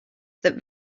that